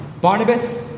Barnabas